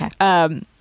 Okay